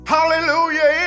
Hallelujah